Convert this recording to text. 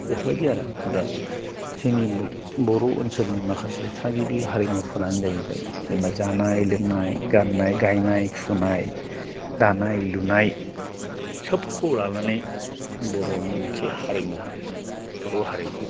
बेफोरबायदि आरो जोंनि बर' ओनसोलनि माखासे थागिबि हारिमुफोरानो जाहैबाय जेनेबा जानाय लोंनाय गाननाय गायनाय फुनाय दानाय लुनाय गासैखौ लानानै बर'नि मोनसे हारिमु आरो बर' हारिमु